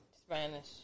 Spanish